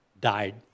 died